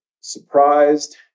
surprised